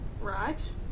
right